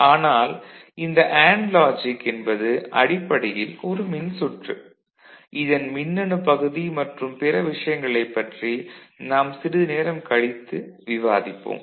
ஆனால் இந்த and logic என்பது அடிப்படையில் ஒரு மின்சுற்று - இதன் மின்னணு பகுதி மற்றும் பிற விஷயங்களைப் பற்றி நாம் சிறிது நேரம் கழித்து விவாதிப்போம்